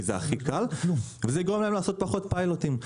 כי זה הכי קל וזה יגרום להם לעשות פחות פיילוטים.